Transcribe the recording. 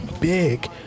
big